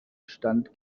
stand